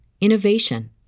innovation